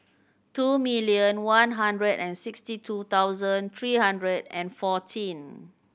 two million one hundred and sixty two thousand three hundred and fourteen